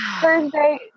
Thursday